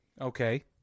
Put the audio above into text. Okay